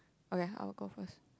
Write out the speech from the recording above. okay I'll go first